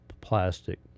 Plastic